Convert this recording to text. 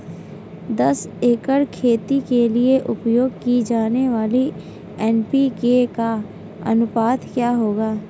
दस एकड़ खेती के लिए उपयोग की जाने वाली एन.पी.के का अनुपात क्या होगा?